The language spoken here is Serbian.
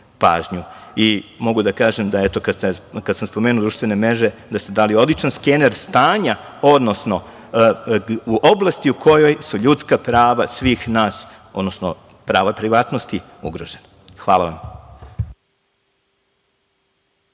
da kažem, kad sam spomenuo društvene mreže, da ste dali odličan skener stanja, odnosno u oblasti u kojoj su ljudska prava svih nas, odnosno prava privatnosti ugrožena. Hvala vam.